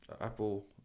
Apple